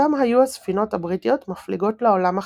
משם היו הספינות הבריטיות מפליגות לעולם החדש,